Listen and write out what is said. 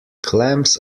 clams